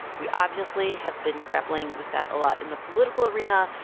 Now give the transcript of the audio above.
we obviously have been grappling with that a lot in the political arena,